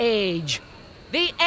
age—the